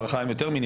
א',